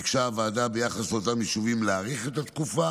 ביקשה הוועדה ביחס לאותם יישובים להאריך את התקופה